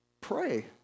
pray